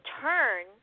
turn